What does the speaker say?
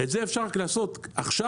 את זה אפשר לתקן עכשיו.